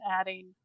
adding